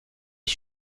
est